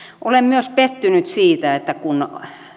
olen myös pettynyt siihen että kun